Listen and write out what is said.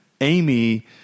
Amy